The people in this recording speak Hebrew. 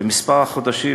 בחודשים,